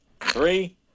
three